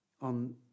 on